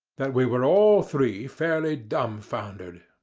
that we were all three fairly dumfoundered.